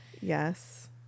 yes